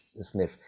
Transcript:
sniff